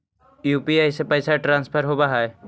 UPI से पैसा transfer होवहै?